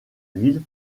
ville